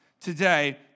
today